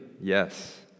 Yes